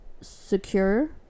secure